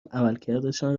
عملکردشان